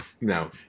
no